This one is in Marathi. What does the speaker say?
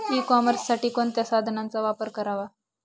ई कॉमर्ससाठी कोणत्या साधनांचा वापर करावा?